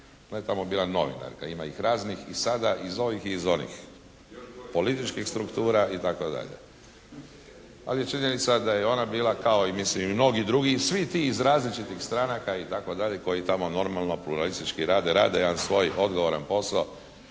Ona je tamo bila novinarka, ima ih raznih i sada i iz ovih i iz onih političkih struktura itd. Ali činjenica da je ona bila kao i mislim i mnogi drugi i svi ti iz različitih stranaka itd., koji tamo normalno pluralistički rade. Rade jedan svoj odgovoran posao